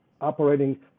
operating